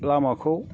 लामाखौ